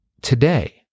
today